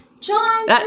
John